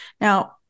Now